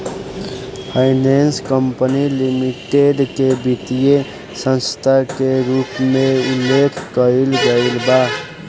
finance company limited के वित्तीय संस्था के रूप में उल्लेख कईल गईल बा